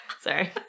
Sorry